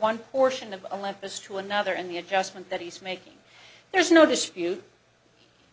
one portion of olympus to another in the adjustment that he's making there's no dispute